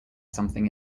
something